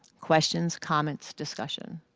questions, comments, discussion?